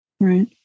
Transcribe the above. Right